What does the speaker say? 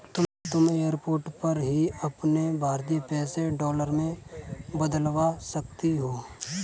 तुम एयरपोर्ट पर ही अपने भारतीय पैसे डॉलर में बदलवा सकती हो